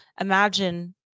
imagine